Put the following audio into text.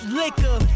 liquor